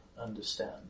understand